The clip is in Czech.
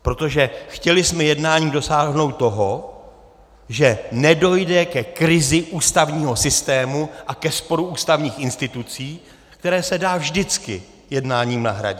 Protože jsme chtěli jednáním dosáhnout toho, že nedojde ke krizi ústavního systému a ke sporu ústavních institucí, který se dá vždycky jednáním nahradit.